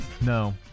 No